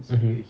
mmhmm